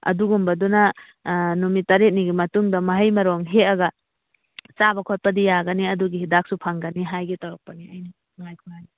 ꯑꯗꯨꯒꯨꯝꯕꯗꯨꯅ ꯅꯨꯃꯤꯠ ꯇꯔꯦꯠꯅꯤꯒꯤ ꯃꯇꯨꯡꯗ ꯃꯍꯩ ꯃꯔꯣꯡ ꯍꯦꯛꯑꯒ ꯆꯥꯕ ꯈꯣꯠꯄꯗꯤ ꯌꯥꯒꯅꯤ ꯑꯗꯨꯒꯤ ꯍꯤꯗꯥꯛꯁꯨ ꯐꯪꯒꯅꯤ ꯍꯥꯏꯒꯦ ꯇꯧꯔꯛꯄꯅꯤ ꯑꯩꯅ